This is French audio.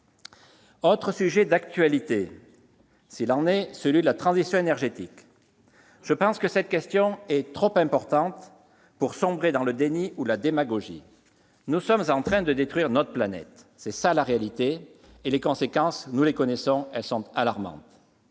Autre sujet d'actualité, s'il en est : la transition énergétique. Celui-ci est trop important pour qu'on sombre dans le déni ou la démagogie. Nous sommes en train de détruire notre planète. Voilà la réalité ! Les conséquences, nous les connaissons et elles sont alarmantes.